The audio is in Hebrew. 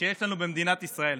שיש לנו במדינת ישראל.